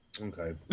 Okay